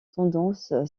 tendance